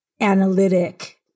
analytic